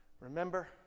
remember